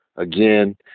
Again